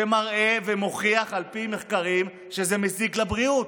שמראה ומוכיח על פי מחקרים שזה מזיק לבריאות.